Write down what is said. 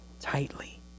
tightly